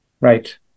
right